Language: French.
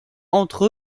entre